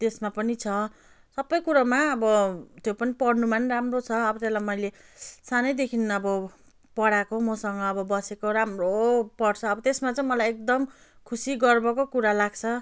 त्यसमा पनि छ सबै कुरोमा अब त्यो पनि पढ्नुमा नि राम्रो छ अब त्यलाई मैले सानैदेखि अब पढाएको मसँग अब बसेको राम्रो पढ्छ अब त्यसमा चाहिँ मलाई एकदम खुसी गर्वको कुरा लाग्छ